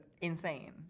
insane